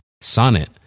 Sonnet